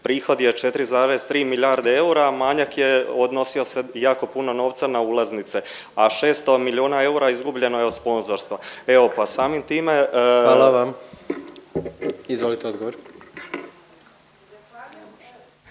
prihod je 4,3 milijarde eura, a manjak je odnosio jako puno novca na ulaznice, a 600 milijuna eura izgubljeno je od sponzorstva. Evo pa samim time …/Upadica predsjednik: